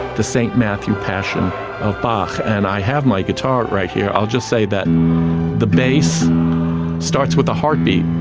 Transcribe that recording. the st matthew passion of bach, and i have my guitar right here, i'll just say that the base starts with a heartbeat,